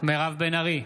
מירב בן ארי,